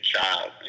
child